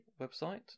website